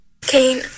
Kane